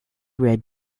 red